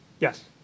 Yes